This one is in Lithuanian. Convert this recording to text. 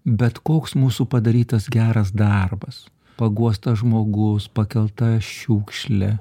bet koks mūsų padarytas geras darbas paguostas žmogus pakelta šiukšlė